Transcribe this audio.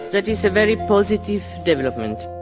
that is a very positive development.